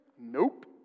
Nope